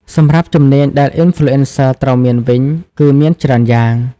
សម្រាប់ជំនាញដែល Influencer ត្រូវមានវិញគឺមានច្រើនយ៉ាង។